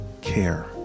care